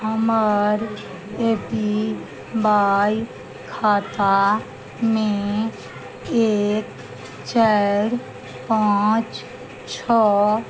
हमर A P Y खातामे एक चारि पाँच छओ